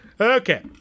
Okay